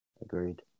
agreed